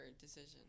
decision